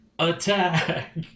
Attack